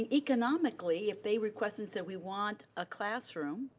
economically if they requested that we want a classroom